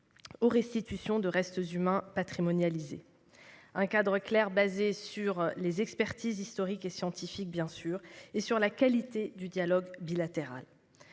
aux restitutions de restes humains patrimonialisés, fondé- bien sûr -sur les expertises historiques et scientifiques, et sur la qualité du dialogue bilatéral.